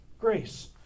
grace